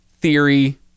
theory